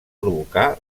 provocar